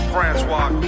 Francois